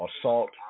assault